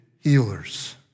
healers